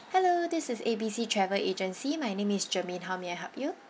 hello this is A B C travel agency my name is germaine how may I help you